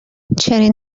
چنین